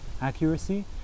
accuracy